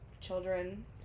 children